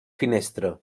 finestra